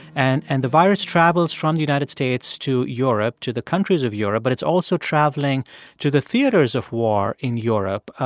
and and the virus travels from the united states to europe, to the countries of europe, but it's also traveling to the theaters of war in europe.